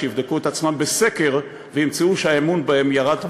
שיבדקו את עצמם בסקר וימצאו שהאמון בהם ירד פלאים,